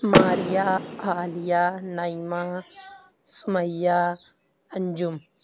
Maria Aliya Naima Sumaiya Anjum